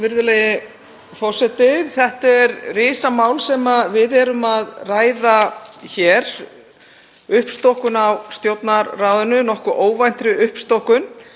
Virðulegi forseti. Þetta er risamál sem við erum að ræða hér, uppstokkun á Stjórnarráðinu, nokkuð óvænt uppstokkun.